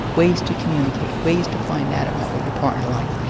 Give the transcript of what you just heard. ways to communicate, ways to find out about what your partner likes,